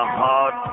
hard